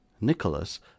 Nicholas